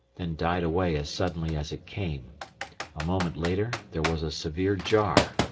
then died away as suddenly as it came a moment later there was a severe jar.